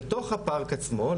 לתוך הפארק עצמו,